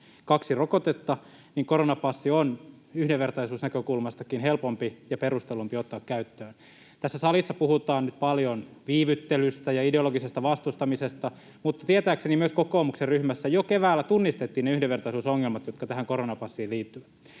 kaksi rokotetta, koronapassi on yhdenvertaisuusnäkökulmastakin helpompi ja perustellumpi ottaa käyttöön. Tässä salissa puhutaan nyt paljon viivyttelystä ja ideologisesta vastustamisesta, mutta tietääkseni myös kokoomuksen ryhmässä jo keväällä tunnistettiin ne yhdenvertaisuusongelmat, jotka tähän koronapassiin liittyvät.